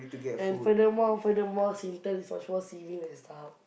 and furthermore furthermore Singtel is much more saving than StarHub